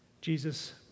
Jesus